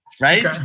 right